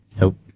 Nope